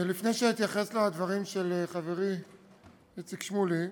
לפני שאתייחס לדברים של חברי איציק שמולי,